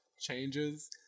Changes